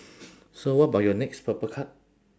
so what about your next purple card